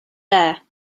there